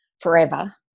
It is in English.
forever